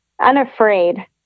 unafraid